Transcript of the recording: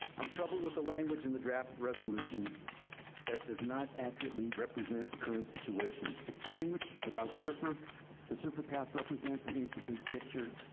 i'm troubled with the language in the draft resolution that does not accurately represent the current situation. its language about serfr, the serfr path represents an incomplete picture,